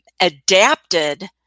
adapted